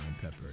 Pepper